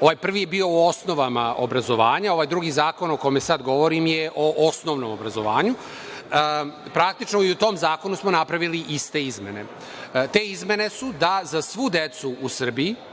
ovaj prvi je bio u osnovama obrazovanja. Ovaj drugi zakon o kome sad govorim je o osnovnom obrazovanju. Praktično i u tom zakonu smo napravili iste izmene. Te izmene su da za svu decu u Srbiji